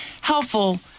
helpful